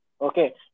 Okay